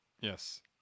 Yes